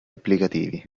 applicativi